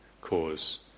cause